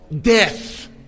Death